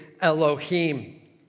Elohim